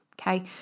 okay